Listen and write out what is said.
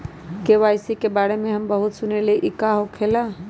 KYC के बारे में हम बहुत सुनीले लेकिन इ का होखेला?